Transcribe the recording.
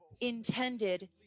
intended